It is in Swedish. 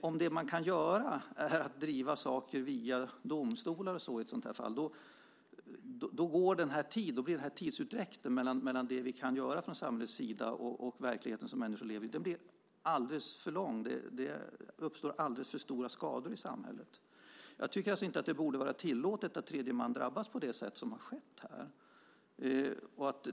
Om det man kan göra är att driva saker via domstolar i ett sådant här fall blir tidsutdräkten för det som vi kan göra från samhällets sida alldeles för lång med tanke på den verklighet som människor lever i. Det uppstår alldeles för stora skador i samhället. Jag tycker alltså inte att det borde vara tillåtet att tredje man drabbas på det sätt som har skett här.